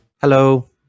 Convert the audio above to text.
Hello